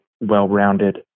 well-rounded